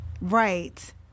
Right